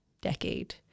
decade